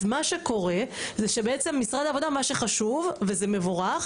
אז מה שקורה זה שבעצם משרד העבודה מה שחשוב וזה מבורך,